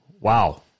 wow